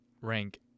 rank